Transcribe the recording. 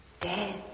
Dead